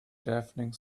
deafening